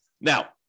Now